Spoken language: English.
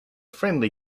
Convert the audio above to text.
friendly